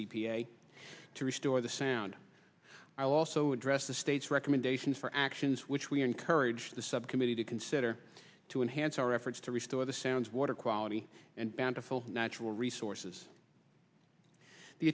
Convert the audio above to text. a to restore the sound i will also address the state's recommendations for actions which we encourage the subcommittee to consider to enhance our efforts to restore the sounds water quality and bountiful natural resources the